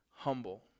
humble